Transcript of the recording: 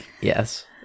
Yes